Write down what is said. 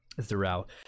Throughout